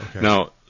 Now